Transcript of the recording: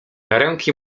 ręki